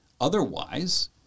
otherwise